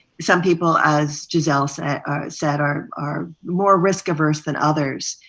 some people as gisele said said are are more risk averse than others,